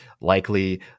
likely